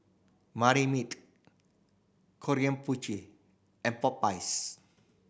Marmite Krombacher and Popeyes